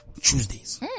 Tuesdays